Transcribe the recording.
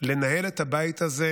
לנהל את הבית הזה,